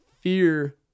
fear